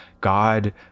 God